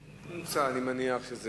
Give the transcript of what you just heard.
אני יכול לצורך העניין